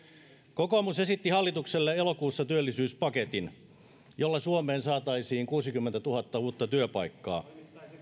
kokoomus esitti hallitukselle elokuussa työllisyyspaketin jolla suomeen saataisiin kuusikymmentätuhatta uutta työpaikkaa